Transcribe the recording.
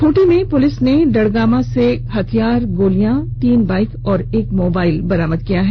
खूंटी में पुलिस ने डड़गामा से हथियार गोंली तीन बाइक और एक मोबाइल बरामद किया है